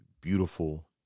beautiful